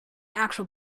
actual